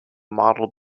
model